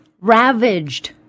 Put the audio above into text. ravaged